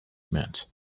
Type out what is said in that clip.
meant